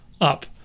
up